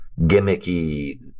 gimmicky